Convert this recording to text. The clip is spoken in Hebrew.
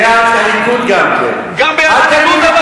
אם אנחנו לא היינו ממלכתיים, בממשלה הזאת?